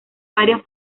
varias